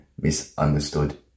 misunderstood